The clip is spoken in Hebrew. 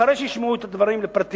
אחרי שישמעו את הדברים לפרטים,